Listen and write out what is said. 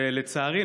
לצערי,